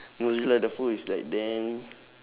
mothzilla the is like damn